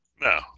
No